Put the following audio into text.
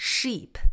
Sheep